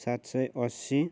सात सय असी